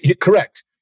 Correct